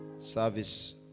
service